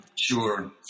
Sure